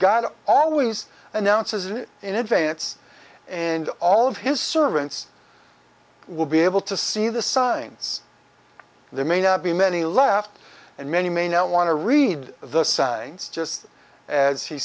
god always announces it in advance and all of his servants will be able to see the signs there may not be many left and many may not want to read the signs just as he